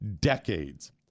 decades